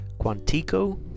Quantico